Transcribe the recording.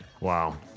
wow